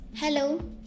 Hello